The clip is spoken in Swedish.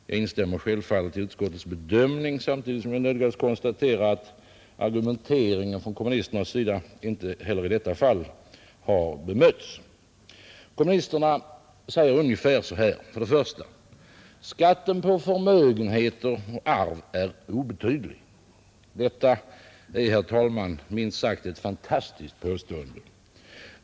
Jag instämmer självfallet i utskottets bedömning, samtidigt som jag nödgas konstatera att den kommunistiska argumenteringen i stort sett inte heller i detta fall har bemötts. I stort sett resonerar kommunisterna så här: 1. Skatten på förmögenheter och arv är obetydlig, säger kommunisterna. Detta är, herr talman, minst sagt, ett fantastiskt påstående.